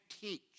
teach